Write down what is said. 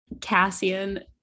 cassian